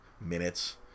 minutes